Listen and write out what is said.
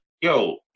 yo